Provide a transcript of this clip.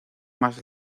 más